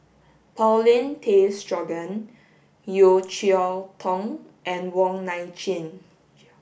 Paulin Tay Straughan Yeo Cheow Tong and Wong Nai Chin